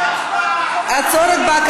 רוצים הצבעה.